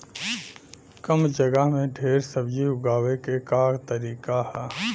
कम जगह में ढेर सब्जी उगावे क का तरीका ह?